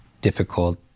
difficult